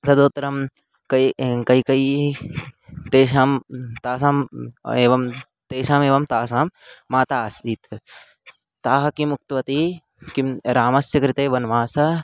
तदुत्तरं कै कैकैयि तेषां तासाम् एवं तेषामेव तासां माता आसीत् ताः किमुक्त्ववती किं रामस्य कृते वनवासः